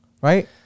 Right